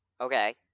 Okay